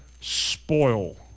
spoil